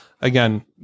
Again